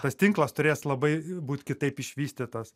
tas tinklas turės labai būt kitaip išvystytas